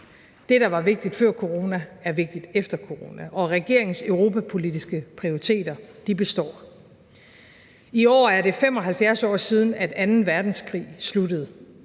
Det, der var vigtigt før corona, er vigtigt efter corona, og regeringens europapolitiske prioriteter består. I år er det 75 år siden, at anden verdenskrig sluttede.